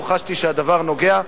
פה חשתי שהדבר נוגע.